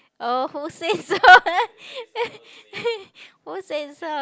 oh who say so who said so